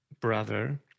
brother